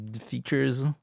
features